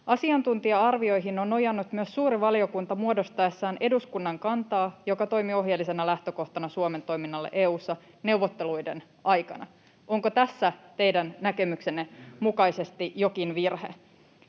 ”Asiantuntija-arvioihin on nojannut myös suuri valiokunta muodostaessaan eduskunnan kantaa, joka toimi ohjeellisena lähtökohtana Suomen toiminnalle EU:ssa neuvotteluiden aikana.” Onko tässä teidän näkemyksenne mukaisesti jokin virhe?